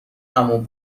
عمو